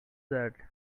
that